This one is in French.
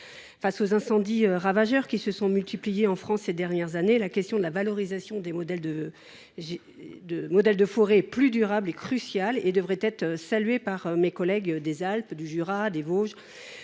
Face aux incendies ravageurs qui se sont multipliés en France ces dernières années, il est crucial de valoriser les modèles de forêts durables. Pareille initiative devrait être saluée par mes collègues des Alpes, du Jura, des Vosges,